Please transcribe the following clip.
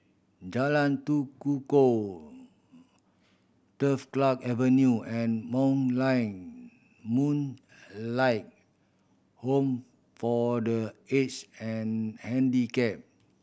Jalan Tekukor Turf Club Avenue and Moonlight Moonlight Home for The Aged and Handicapped